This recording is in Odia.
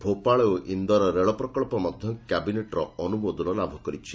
ଭୋପାଳ ଓ ଇନ୍ଦୋର ରେଳପ୍ରକଳ୍ପ ମଧ୍ୟ କ୍ୟାବିନେଟ୍ର ଅନୁମୋଦନ ଲାଭ କରିଛି